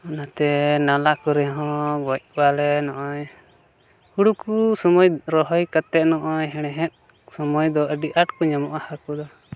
ᱚᱱᱟᱛᱮ ᱱᱟᱞᱟ ᱠᱚᱨᱮ ᱦᱚᱸ ᱜᱚᱡ ᱠᱚᱣᱟ ᱞᱮ ᱱᱚᱜᱼᱚᱸᱭ ᱦᱳᱲᱳ ᱠᱚ ᱥᱚᱢᱚᱭ ᱨᱚᱦᱚᱭ ᱠᱟᱛᱮᱫ ᱱᱚᱜᱼᱚᱸᱭ ᱦᱮᱬᱦᱮᱫ ᱥᱚᱢᱚᱭ ᱫᱚ ᱟᱹᱰᱤ ᱟᱸᱴ ᱠᱚ ᱧᱟᱢᱚᱜᱼᱟ ᱦᱟᱹᱠᱩ ᱫᱚ